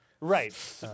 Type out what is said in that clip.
right